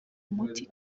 umuti